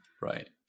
Right